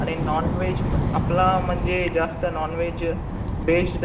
आणि नॉनव्हेज आपला म्हणजे जास्त नॉनवेज बेस्ड